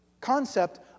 concept